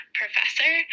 professor